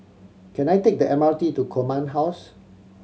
can I take the M R T to Command House